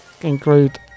include